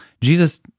Jesus